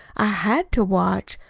i had to watch.